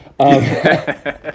Okay